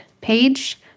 page